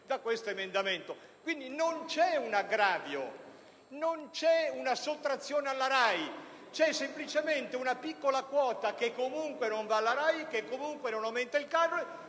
Quindi non c'è un aggravio, non c'è una sottrazione alla RAI: c'è semplicemente una piccola quota che comunque non va alla RAI, che comunque non farà aumentare il canone,